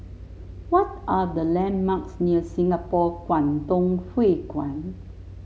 what are the landmarks near Singapore Kwangtung Hui Kuan